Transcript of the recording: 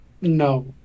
no